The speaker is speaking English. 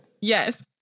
Yes